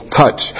touch